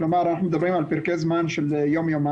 כלומר אנחנו מדברים על פרקי זמן של יום-יומיים,